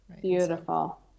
Beautiful